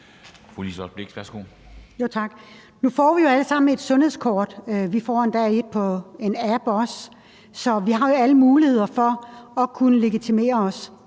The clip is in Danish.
Nu får vi jo alle sammen et sundhedskort. Vi får endda også et på en app, så vi har alle muligheder for at kunne legitimere os,